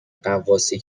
غواصی